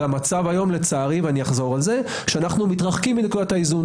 והמצב היום לצערי ואחזור על זה שאנחנו מתרחקים מנקודת האיזון.